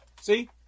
See